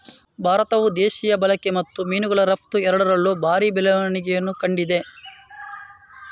ಭಾರತವು ದೇಶೀಯ ಬಳಕೆ ಮತ್ತು ಮೀನುಗಳ ರಫ್ತು ಎರಡರಲ್ಲೂ ಭಾರಿ ಬೆಳವಣಿಗೆಯನ್ನು ಕಂಡಿದೆ